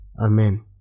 Amen